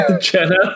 Jenna